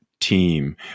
team